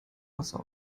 wasser